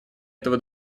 этого